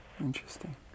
Interesting